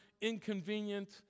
inconvenient